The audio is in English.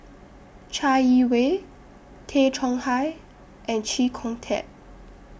Chai Yee Wei Tay Chong Hai and Chee Kong Tet